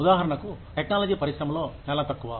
ఉదాహరణకు టెక్నాలజీ పరిశ్రమలో చాలా తక్కువ